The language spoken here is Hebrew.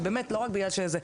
אבל באמת לא רק בגלל זה,